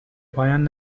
پایان